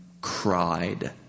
cried